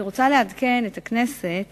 אני רוצה לעדכן את הכנסת